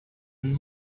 and